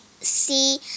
see